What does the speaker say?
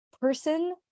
person